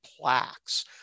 plaques